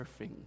surfing